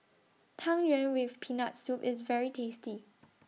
Tang Yuen with Peanut Soup IS very tasty